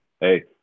hey